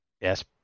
Yes